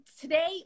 today